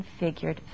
configured